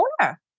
owner